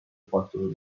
فاکتور